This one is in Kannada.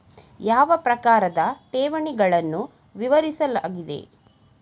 ಯಾವ ಪ್ರಕಾರದ ಠೇವಣಿಗಳನ್ನು ವಿವರಿಸಲಾಗಿದೆ?